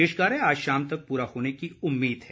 शेष कार्य आज शाम तक पूरा होने की उम्मीद है